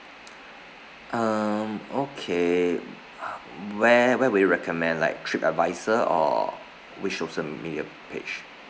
um okay where where would you recommend like tripadvisor or which social media page